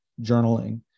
journaling